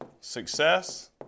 success